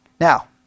Now